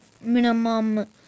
minimum